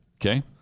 Okay